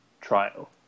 trial